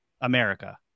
America